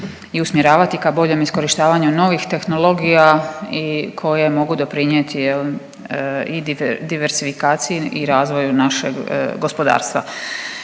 i usmjeravati ka boljem iskorištavanju novih tehnologija i koje mogu doprinjeti je li i diversifikaciji i razvoju našeg gospodarstva.